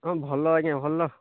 ହଁ ଭଲ ଆଜ୍ଞା ଭଲ